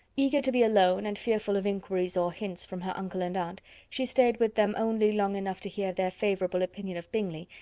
eager to be alone, and fearful of inquiries or hints from her uncle and aunt, she stayed with them only long enough to hear their favourable opinion of bingley,